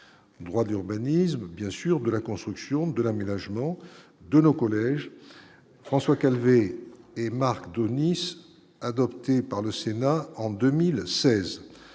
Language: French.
droit d'urbanisme, bien sûr, de la construction de l'aménagement de nos collèges François Calvet et Marc Denis, adopté par le Sénat en 2016,